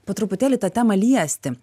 po truputėlį tą temą liesti